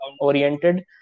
oriented